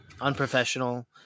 unprofessional